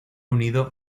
unido